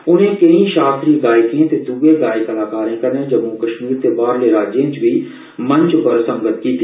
उर्ने कैंई शास्त्रीय गायके ते द्ए गायक कलाकारे कन्नै जम्मू कश्मीर ते बाहरले राज्ये च बी मंच पर संगत कीती